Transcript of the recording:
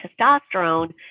testosterone